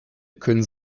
können